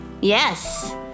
Yes